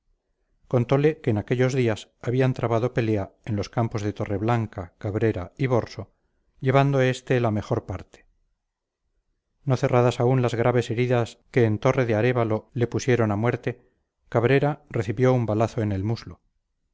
contole que en aquellos días habían trabado pelea en los campos de torreblanca cabrera y borso llevando este la mejor parte no cerradas aún las graves heridas que en torre de arévalo le pusieron a la muerte cabrera recibió un balazo en el muslo